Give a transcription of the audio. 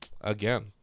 again